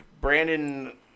Brandon